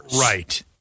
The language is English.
Right